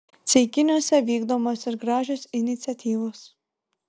ceikiniuose vykdomos ir gražios iniciatyvos